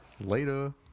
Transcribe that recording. Later